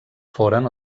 foren